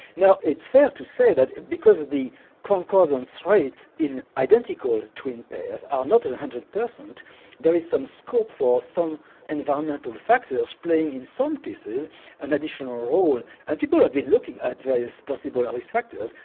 now it's fair to say that because of the concordant traits in identical twin pairs are not one hundred percent there is some scope for some environmental factors playing in some cases an additional role and people have been looking at various possible um risk factors.